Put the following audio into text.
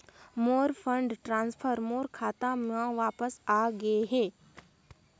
मोर fund transfer मोर खाता म वापस आ गे हे